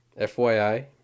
FYI